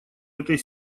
этой